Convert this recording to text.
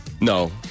No